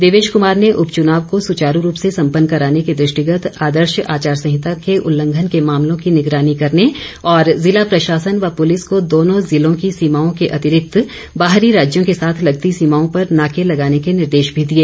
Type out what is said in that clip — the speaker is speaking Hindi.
देवेश कुमार ने उपचुनाव को सुचारू रूप से संपन्न कराने के दृष्टिगत आदर्श आचार संहिता के उल्लंघन के मामलों की निगरानी करने और जिला प्रशासन व पुलिस को दोनों जिलों की सीमाओं के अतिरिक्त बाहरी राज्यों के साथ लगती सीमाओं पर नाके लगाने के निर्देश भी दिए